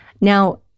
now